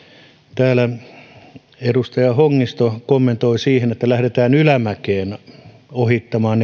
täällä edustaja hongisto kommentoi siihen että lähdetään ylämäkeen ohittamaan